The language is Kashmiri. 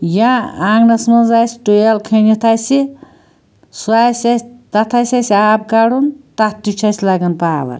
یا آنٛگنَس مَنٛز آسہِ ٹیٛوٗب ویٚل کھٔنِتھ اسہِ سُہ آسہِ اسہِ تتھ آسہِ اسہِ آب کَڑُن تتھ تہِ چھُ اسہِ لگان پاوَر